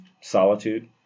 solitude